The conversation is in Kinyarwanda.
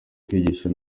kwigisha